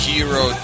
Hero